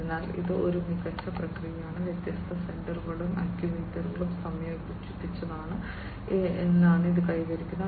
അതിനാൽ ഇതൊരു മികച്ച പ്രക്രിയയാണ് വ്യത്യസ്ത സെൻസറുകളും ആക്യുവേറ്ററുകളും സംയോജിപ്പിച്ചാണ് ഇത് കൈവരിക്കുന്നത്